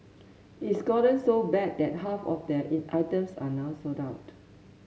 it's gotten so bad that half of their items are now sold out